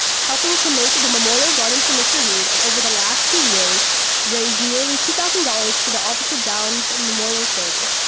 helping to make the memorial garden for mr. reed and over the last two years raised nearly two thousand dollars for the officer downs memorial charity.